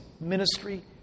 ministry